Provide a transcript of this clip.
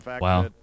Wow